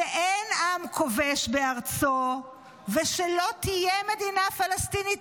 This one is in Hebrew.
שאין עם כובש בארצו ושלא תהיה מדינה פלסטינית,